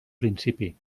principi